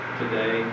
today